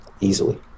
easily